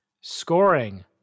Scoring